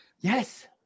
Yes